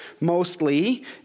mostly